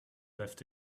left